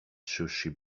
sushi